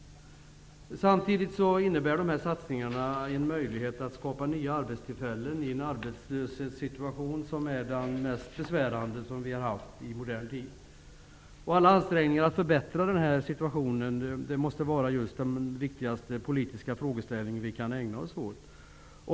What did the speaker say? Samtidigt innebär denna satsning en möjlighet att skapa nya arbetstillfällen i en arbetslöshetsituation som är bland de mest besvärande som vi har haft under modern tid. Alla ansträngningar att förbättra denna situation är en av de viktigaste politiska frågeställningar vi kan ägna oss åt.